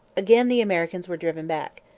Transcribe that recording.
again the americans were driven back.